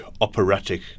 operatic